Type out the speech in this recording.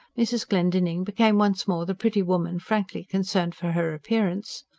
mrs. glendinning became once more the pretty woman frankly concerned for her appearance.